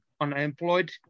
unemployed